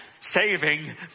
saving